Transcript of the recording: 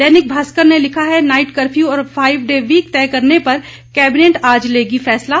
दैनिक भास्कर ने लिखा है नाइट कर्फ्यू और फाइव डे वीक तय करने पर कैबिनेट आज लेगी फैसला